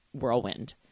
whirlwind